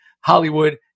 Hollywood